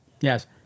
Yes